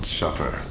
suffer